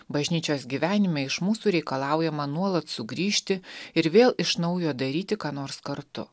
bažnyčios gyvenime iš mūsų reikalaujama nuolat sugrįžti ir vėl iš naujo daryti ką nors kartu